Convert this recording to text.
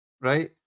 right